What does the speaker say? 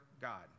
God